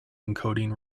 encoding